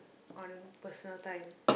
on personal time